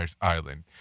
Island